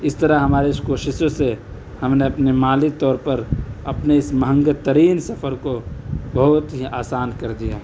اس طرح ہماری اس کوششوں سے ہم نے اپنے مالی طور پر اپنے اس مہنگے ترین سفر کو بہت ہی آسان کر دیا